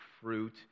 fruit